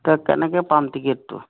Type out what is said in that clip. তাক কেনেকে পাম টিকেটটো